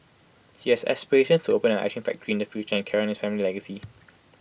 he has aspirations to open an Ice Cream factory in the future and carry on his family legacy